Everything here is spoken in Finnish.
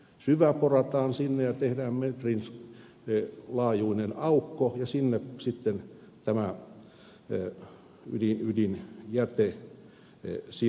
syväporataan sinne ja tehdään metrin laajuinen aukko ja sinne sitten tämä ydinjäte sijoitettaisiin